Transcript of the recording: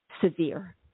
severe